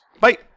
bye